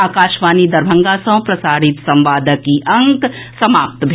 एहि संग आकाशवाणी दरभंगा सँ प्रसारित संवादक ई अंक समाप्त भेल